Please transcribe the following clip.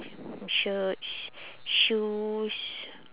shirts shoes